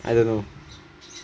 I don't know